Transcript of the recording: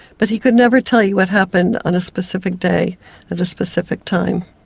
but he could never tell you what happened on a specific day at a specific time.